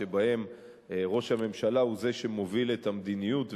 שבה ראש הממשלה הוא שמוביל את המדיניות,